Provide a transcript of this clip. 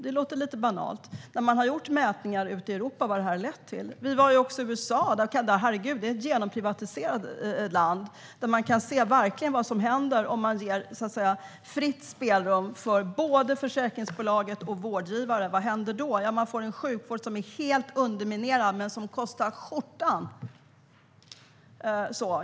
Det låter lite banalt, när man har gjort mätningar ute i Europa av vad det här har lett till. Vi var också i USA. Herregud, det är ett genomprivatiserat land, där vi verkligen kan se vad som händer om man ger fritt spelrum åt både försäkringsbolag och vårdgivare. Vad händer då? Jo, man får en sjukvård som är helt underminerad men som kostar skjortan!